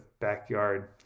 Backyard